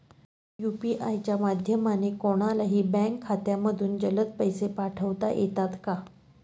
UPI च्या माध्यमाने कोणलाही बँक खात्यामधून जलद पैसे पाठवता येतात का?